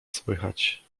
słychać